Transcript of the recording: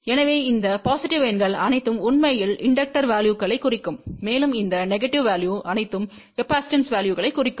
எனவே இந்த பொசிட்டிவ் எண்கள் அனைத்தும் உண்மையில் இண்டக்டர் வேல்யுகளைக் குறிக்கும் மேலும் இந்த நெகடிவ் வேல்யுகள் அனைத்தும் கெபாசிடண்ஸ் வேல்யுகளைக் குறிக்கும்